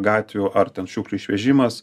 gatvių ar ten šiukšlių išvežimas